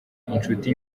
inshuti